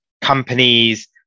companies